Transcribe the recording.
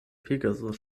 pegasus